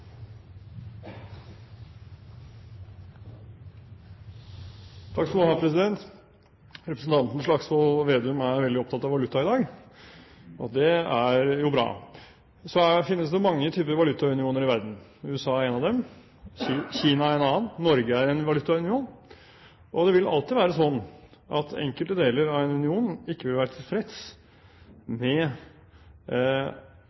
veldig opptatt av valuta i dag. Det er jo bra. Det finnes mange typer valutaunioner i verden – USA er en av dem, Kina er en annen. Norge er en valutaunion. Det vil alltid være slik at enkelte deler av en union ikke vil